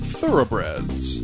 Thoroughbreds